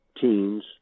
teens